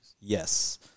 Yes